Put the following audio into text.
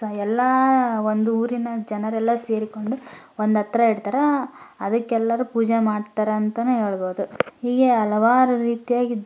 ಎಲ್ಲ ಒಂದು ಊರಿನ ಜನರೆಲ್ಲ ಸೇರಿಕೊಂಡು ಒಂದು ಹತ್ರ ಇಡ್ತಾರೆ ಅದಕ್ಕೆಲ್ಲರೂ ಪೂಜೆ ಮಾಡ್ತಾರೆ ಅಂತಲೇ ಹೇಳ್ಬೋದು ಹೀಗೆ ಹಲವಾರು ರೀತಿಯಾಗಿ